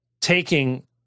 taking